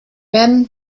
werden